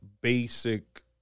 basic